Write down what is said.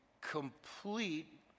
complete